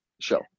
show